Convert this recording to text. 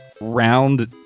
round